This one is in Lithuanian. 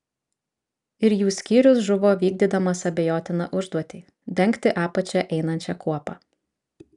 ir jų skyrius žuvo vykdydamas abejotiną užduotį dengti apačia einančią kuopą